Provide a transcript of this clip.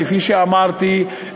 כפי שאמרתי,